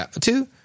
two